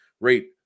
rate